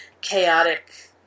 chaotic